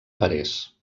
parés